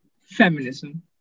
feminism